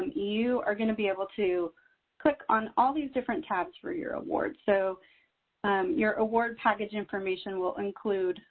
you are going to be able to click on all these different tabs for your award. so your award package information will include